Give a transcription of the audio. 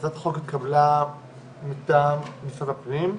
הצעת החוק התקבלה מטעם משרד הפנים,